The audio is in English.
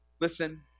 Listen